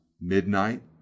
midnight